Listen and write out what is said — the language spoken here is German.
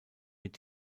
mit